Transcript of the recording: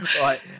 Right